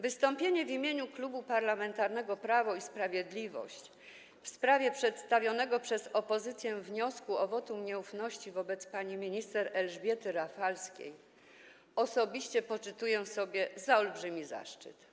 Wystąpienie w imieniu Klubu Parlamentarnego Prawo i Sprawiedliwość w sprawie przedstawionego przez opozycję wniosku o wyrażenie wotum nieufności wobec pani minister Elżbiety Rafalskiej osobiście poczytuję sobie za olbrzymi zaszczyt.